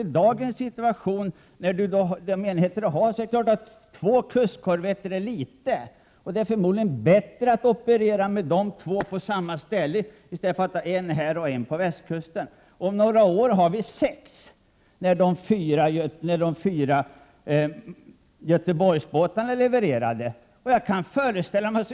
I dagens situation, med de enheter som vi har, är det klart att två kustkorvetter är litet. Det är förmodligen bättre att operera med de två på samma ställe i stället för att ha en här och en där. Om några år, när de fyra Göteborgsklassbåtarna är levererade, har vi sex kustkorvetter.